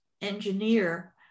engineer